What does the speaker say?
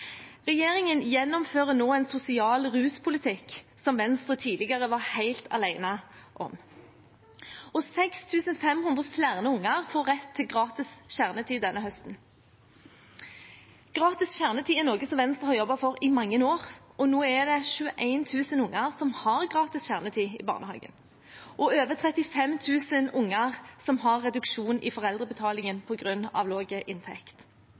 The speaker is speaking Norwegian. ruspolitikk som Venstre tidligere var helt alene om. 6 500 flere unger får rett til gratis kjernetid denne høsten. Gratis kjernetid er noe som Venstre har jobbet for i mange år, og nå er det 21 000 unger som har gratis kjernetid i barnehagen, og for over 35 000 unger er det reduksjon i foreldrebetalingen på grunn av